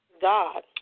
God